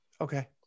Okay